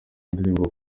indirimbo